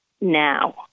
now